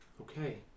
Okay